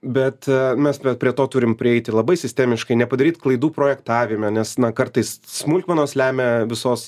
bet mes net prie to turime prieiti labai sistemiškai nepadaryt klaidų projektavime nes na kartais smulkmenos lemia visos